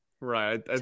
Right